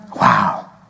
Wow